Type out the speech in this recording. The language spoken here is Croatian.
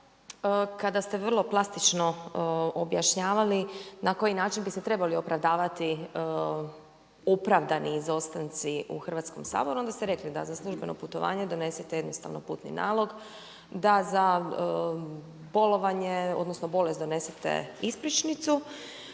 kada ste vrlo plastično objašnjavali na koji način bi se trebali opravdavati opravdani izostanci u Hrvatskom saboru onda ste rekli da za službeno putovanje donesite jednostavno putni nalog, da za bolovanje odnosno bolest donesite ispričnicu.